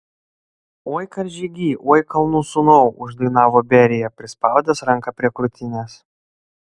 oi karžygy oi kalnų sūnau uždainavo berija prispaudęs ranką prie krūtinės